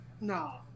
no